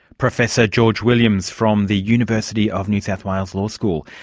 professor george williams, from the university of new south wales law school.